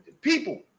people